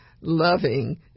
loving